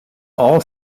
all